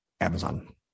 Amazon